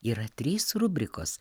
yra trys rubrikos